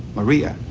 maria,